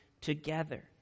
together